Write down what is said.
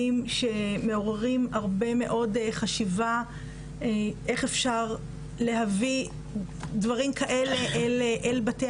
שמעוררים הרבה מאוד חשיבה איך אפשר להביא דברים כאלה אל בתי